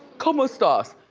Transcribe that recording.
como estas?